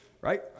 right